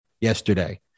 yesterday